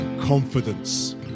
confidence